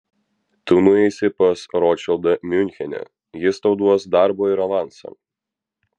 tu nueisi pas rotšildą miunchene jis tau duos darbo ir avansą